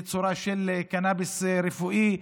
בצורה של קנביס רפואי.